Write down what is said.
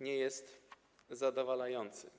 nie jest zadowalający.